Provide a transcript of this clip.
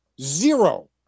Zero